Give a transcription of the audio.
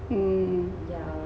hmm